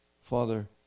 Father